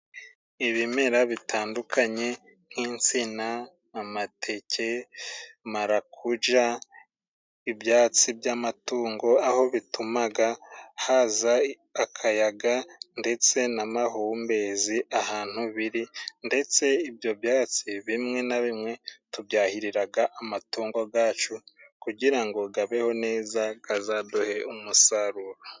Ibimera bitandukanye nk'insina, amateke, marakuja, ibyatsi by'amatungo aho bitumaga haza akayaga, ndetse n'amahumbezi ahantu biri, ndetse ibyo byatsi bimwe na bimwe tubyahiriraga amatungo gacu kugira ngo gabeho neza, kazaduhe umusaruro.